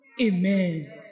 Amen